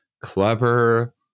clever